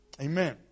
Amen